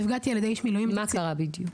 מה בדיוק קרה?